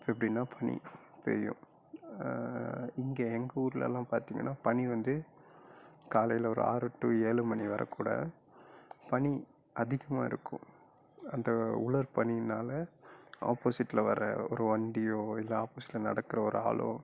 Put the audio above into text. எப்படின்னா பனி பெய்யும் இங்கே எங்கள் ஊர்லெலாம் பார்த்தீங்கன்னா பனி வந்து காலையில் ஒரு ஆறு டூ ஏழு மணி வரை கூட பனி அதிகமாக இருக்கும் அந்த உலர் பனியினால ஆப்போசிட்டில் வர்ற ஒரு வண்டியோ இல்லை ஆப்போசிட்டில் நடக்கிற ஒரு ஆளோ